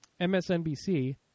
MSNBC